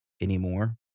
anymore